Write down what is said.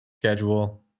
schedule